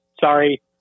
sorry